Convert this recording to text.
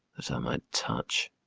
that i might touch!